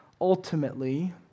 ultimately